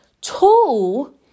Two